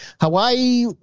Hawaii